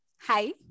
hi